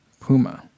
Puma